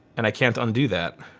and i can't undo that.